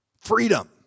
Freedom